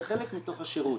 זה חלק מתוך השירות.